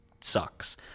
sucks